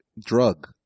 drug